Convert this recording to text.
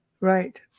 Right